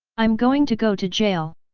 i'm going to go to jail.